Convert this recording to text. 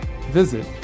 visit